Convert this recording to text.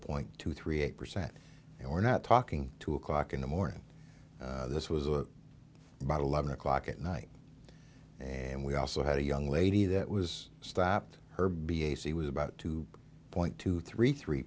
point two three eight percent and we're not talking two o'clock in the morning this was a bottle of o'clock at night and we also had a young lady that was stopped her b a c was about two point two three three